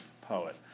poet